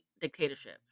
dictatorship